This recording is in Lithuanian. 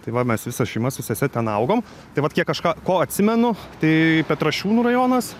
tai va mes visa šeima su sese ten augom tai vat kiek aš ką ko atsimenu tai petrašiūnų rajonas